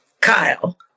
Kyle